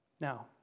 now